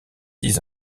six